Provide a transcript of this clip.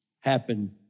happen